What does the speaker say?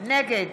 נגד